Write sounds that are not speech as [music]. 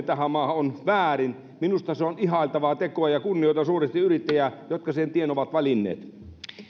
[unintelligible] tähän maahan on väärin minusta se on ihailtavaa tekoa ja kunnioitan suuresti yrittäjiä jotka sen tien ovat valinneet